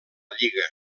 lliga